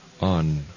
on